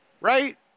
right